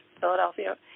philadelphia